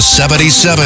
77